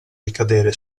ricadere